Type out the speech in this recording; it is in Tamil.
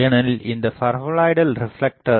ஏனெனில் இந்தப் பரபோலாய்டு ரிப்லெக்ட்ரை